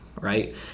right